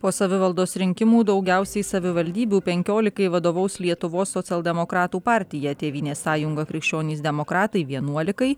po savivaldos rinkimų daugiausiai savivaldybių penkiolikai vadovaus lietuvos socialdemokratų partija tėvynės sąjunga krikščionys demokratai vienuolikai